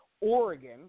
Oregon